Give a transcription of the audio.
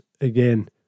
again